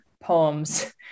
poems